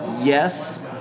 yes